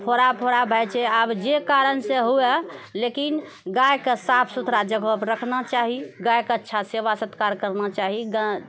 फोड़ा फोड़ा भए जाइत छै आब जे कारणसँ हुए लेकिन गायके साफ सुथरा जगहपर रखना चाही गायके अच्छा सेवा सत्कार करना चाही